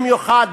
במיוחד,